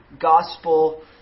gospel